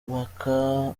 baka